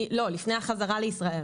לא, לפני החזרה לישראל.